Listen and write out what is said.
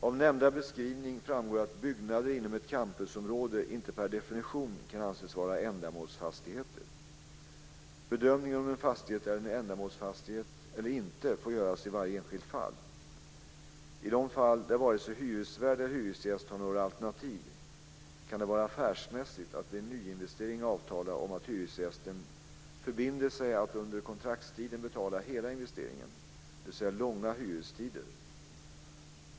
Av nämnda beskrivning framgår att byggnader inom ett campusområde inte per definition kan anses vara ändamålsfastigheter. Bedömningen om en fastighet är en ändamålsfastighet eller inte får göras i varje enskilt fall. I de fall där vare sig hyresvärd eller hyresgäst har några alternativ kan det vara affärsmässigt att vid en nyinvestering avtala om att hyresgästen förbinder sig att under kontraktstiden betala hela investeringen, dvs. långa hyrestider.